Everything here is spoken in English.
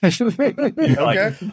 Okay